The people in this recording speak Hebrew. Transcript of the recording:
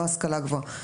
לא השכלה גבוהה,